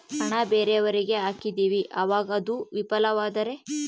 ಹಣ ಬೇರೆಯವರಿಗೆ ಹಾಕಿದಿವಿ ಅವಾಗ ಅದು ವಿಫಲವಾದರೆ?